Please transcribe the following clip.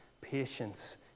patience